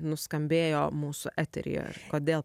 nuskambėjo mūsų eteryje kodėl